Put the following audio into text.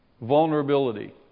Vulnerability